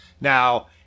Now